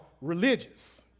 religious